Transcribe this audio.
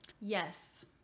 Yes